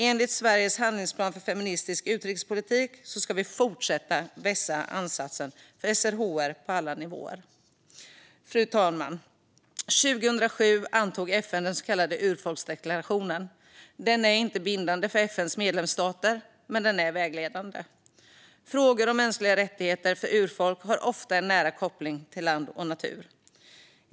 Enligt Sveriges handlingsplan för feministisk utrikespolitik ska vi fortsätta att vässa ansatsen för SRHR på alla nivåer. Fru talman! År 2007 antog FN den så kallade urfolksdeklarationen. Den är inte bindande för FN:s medlemsstater, men den är vägledande. Frågor om mänskliga rättigheter för urfolk har ofta en nära koppling till land och natur.